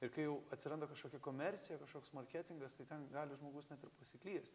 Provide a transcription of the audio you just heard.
ir kai jau atsiranda kažkokia komercija kažkoks marketingas tai ten gali žmogus net ir pasiklyst